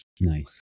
Nice